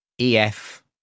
EF